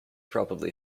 probably